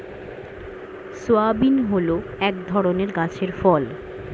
soybean হল এক ধরনের গাছের ফল